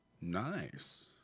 nice